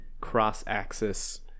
cross-axis